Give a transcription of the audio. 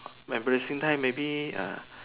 embarrassing time maybe uh